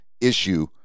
issue